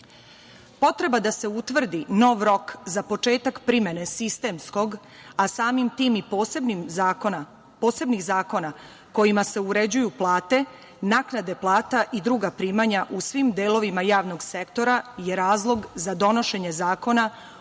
Ustavom. Potreba da se utvrdi nov rok za početak primene sistemskog, a samim tim i posebnih zakona kojima se uređuju plate, naknade plata i druga primanja u svim delovima javnog sektora je razlog za donošenje Zakona